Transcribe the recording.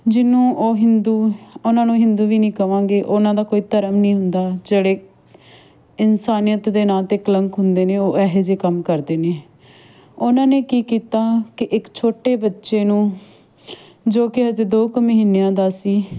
ਜਿਹਨੂੰ ਉਹ ਹਿੰਦੂ ਉਹਨਾਂ ਨੂੰ ਹਿੰਦੂ ਵੀ ਨਹੀਂ ਕਵਾਂਗੇ ਉਹਨਾਂ ਦਾ ਕੋਈ ਧਰਮ ਨਹੀਂ ਹੁੰਦਾ ਜਿਹੜੇ ਇਨਸਾਨੀਅਤ ਦੇ ਨਾਂ 'ਤੇ ਕਲੰਕ ਹੁੰਦੇ ਨੇ ਉਹ ਇਹੋ ਜਿਹੇ ਕੰਮ ਕਰਦੇ ਨੇ ਉਹਨਾਂ ਨੇ ਕੀ ਕੀਤਾ ਕਿ ਇੱਕ ਛੋਟੇ ਬੱਚੇ ਨੂੰ ਜੋ ਕਿ ਅਜੇ ਦੋ ਕੁ ਮਹੀਨਿਆਂ ਦਾ ਸੀ